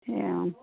ଏଇଆ ଆଉ